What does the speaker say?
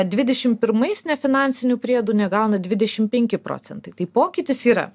dvidešimt pirmais nefinansinių priedų negauna dvidešimt penki procentai tai pokytis yra